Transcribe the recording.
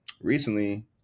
Recently